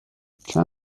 چند